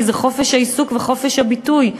כי זה חופש העיסוק וחופש הביטוי.